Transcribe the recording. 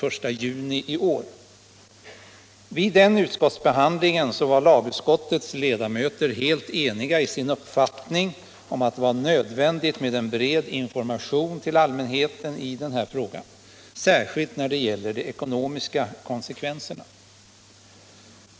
Vid utskottsbehandlingen var lagutskottets ledamöter helt eniga i sin uppfattning om att det var nödvändigt med en bred information till allmänheten i denna fråga särskilt när det gäller de ekonomiska konsekvenserna.